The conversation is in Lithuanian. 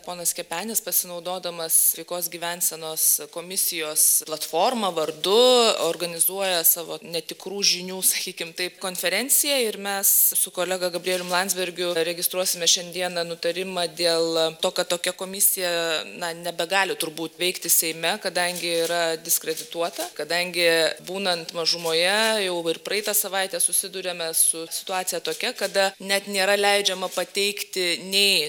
ponas kepenis pasinaudodamas sveikos gyvensenos komisijos platforma vardu organizuoja savo netikrų žinių sakykim taip konferenciją ir mes su kolega gabrielium landsbergiu registruosime šiandieną nutarimą dėl to kad tokia komisija na nebegali turbūt veikti seime kadangi yra diskredituota kadangi būnant mažumoje jau ir praeitą savaitę susiduriame su situacija tokia kada net nėra leidžiama pateikti nei